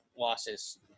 losses